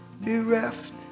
Bereft